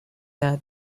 der